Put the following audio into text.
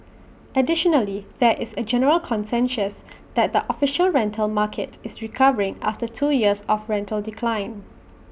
additionally there is A general consensus that the official rental market is recovering after two years of rental decline